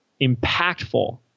impactful